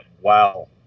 Wow